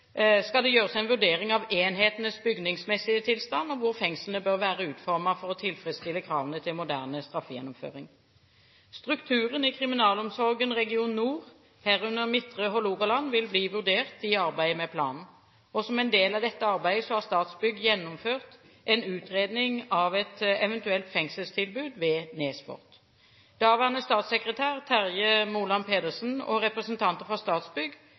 gjøres en vurdering av enhetenes bygningsmessige tilstand og hvordan fengslene bør være utformet for å tilfredsstille kravene til moderne straffegjennomføring. Strukturen i kriminalomsorgen Region nord, herunder Midtre Hålogaland, vil bli vurdert i arbeidet med planen. Som en del av dette arbeidet har Statsbygg gjennomført en utredning av et eventuelt fengselstilbud ved Nes fort. Daværende statssekretær, Terje Moland Pedersen, og representanter fra Statsbygg